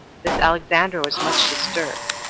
this alexandra was much disturbed,